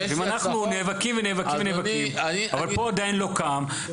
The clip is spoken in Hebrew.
אם אנחנו נאבקים ונאבקים אבל פה עדיין לא קם,